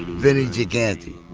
vinny gigante,